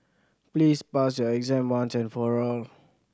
please pass your exam once and for all